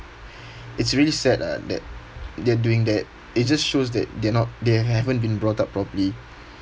it's really sad lah that they're doing that it just shows that they're not they haven't been brought up properly